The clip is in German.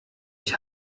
ich